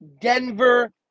Denver